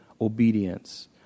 obedience